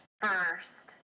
first